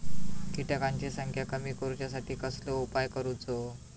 किटकांची संख्या कमी करुच्यासाठी कसलो उपाय करूचो?